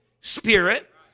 Spirit